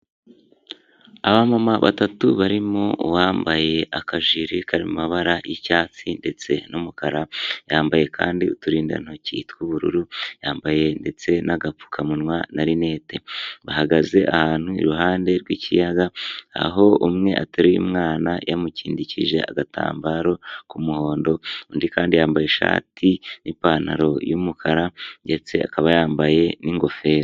Aba mama batatu barimo uwambaye akajiri kari mu mabara y'icyatsi, ndetse n'umukara. Yambaye kandi uturindantoki tw'ubururu, yambaye ndetse n'agapfukamunwa na linete. Bahagaze ahantu iruhande rw'ikiyaga, aho umwe atareruye umwana yamukindikije agatambaro k'umuhondo. Undi kandi yambaye ishati n'ipantaro y'umukara ndetse akaba yambaye n'ingofero.